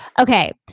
okay